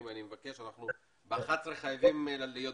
אנחנו ב-11:00 חייבים להיות במליאה.